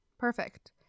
perfect